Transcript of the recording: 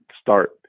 start